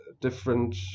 different